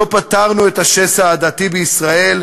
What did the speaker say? לא פתרנו את השסע העדתי בישראל,